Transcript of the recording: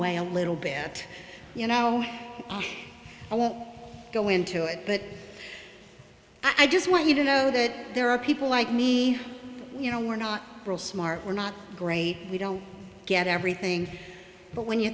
way a little bit you know i won't go into it but i just want you to know that there are people like me you know we're not we're not great we don't get everything but when you